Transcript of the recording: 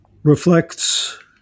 reflects